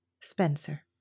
Spencer